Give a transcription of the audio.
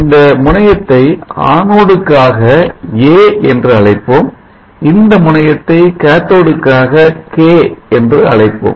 இந்த முனையத்தை ஆணோடுக்காக ஏ என்று அழைப்போம் இந்த முனையத்தை காத்தோடு கே என்று அழைப்போம்